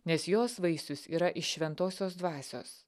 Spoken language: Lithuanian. nes jos vaisius yra iš šventosios dvasios